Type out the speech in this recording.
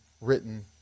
written